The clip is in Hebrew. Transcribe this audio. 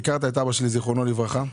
הכרתי את אבא שלי זכרונו לברכה,